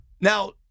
Now